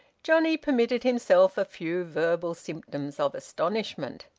johnnie permitted himself a few verbal symptoms of astonishment.